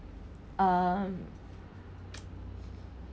um